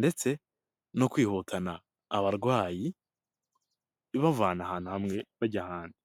ndetse no kwihutana abarwayi ibavana ahantu hamwe bajya ahandi.